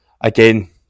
again